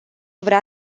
vrea